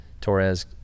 Torres